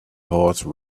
horse